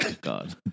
God